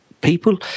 People –